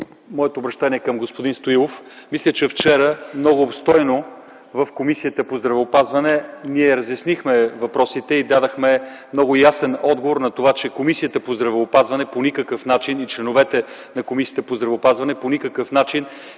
моето обръщение е към господин Стоилов, мисля, че вчера много обстойно в Комисията по здравеопазване ние разяснихме въпросите и дадохме много ясен отговор на това, че Комисията по здравеопазване по никакъв начин и членовете на Комисията по здравеопазване, по никакъв начин